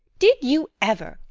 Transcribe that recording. did you ever!